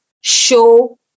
show